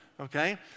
okay